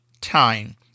time